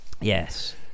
yes